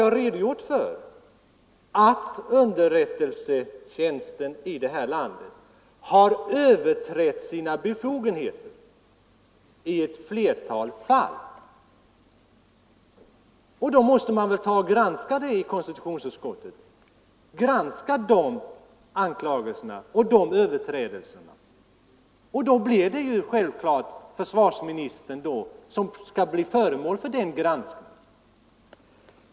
Jag har redogjort för att underrättelsetjänsten i vårt land har överträtt sina befogenheter i ett flertal fall. Då måste man väl i konstitutionsutskottet granska dessa anklagelser och överträdelser, och det blir självfallet försvarsministern som skall bli föremål för den granskningen.